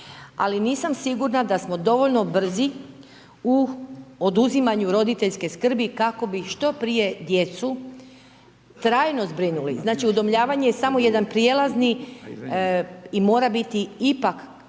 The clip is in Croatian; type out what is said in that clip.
Ali nisam osigurana da smo dovoljno brzi u oduzimanju roditeljske skrbi kako bi što prije djecu trajno zbrinuli. Znači udomljavanje je samo jedan prijelazni i mora biti ipak